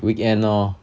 weekend K lor